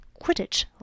Quidditch